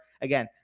Again